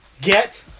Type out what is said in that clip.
Get